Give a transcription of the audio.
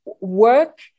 work